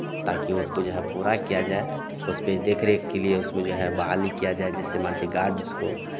ताकि उसको जो है पूरा किया जाए उसपे देख रेख के लिए उसमें जो है बहाली किया जाए जैसे मान के चलिए गॉर्ड्स को